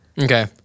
Okay